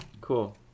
Cool